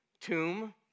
tomb